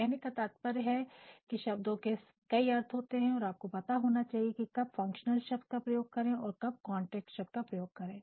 कहने का तात्पर्य है कि शब्दों के कई अर्थ होते हैं और आपको पता होना चाहिए कि आप कब फंक्शनल शब्द प्रयोग कर रहे हैं और कब कॉन्टेंट शब्द का प्रयोग कर रहे हैं